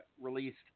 released